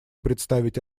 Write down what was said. представить